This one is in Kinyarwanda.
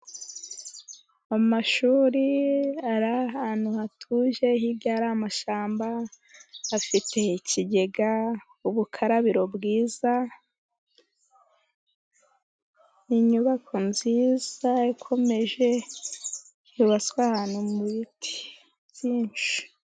Amashuri ari ahantu hatuje, hirya ari amashyamba, hafite ikigega, ubukarabiro bwiza, inyubako nziza ikomeje, yubatswe ahantu mu biti byinshi.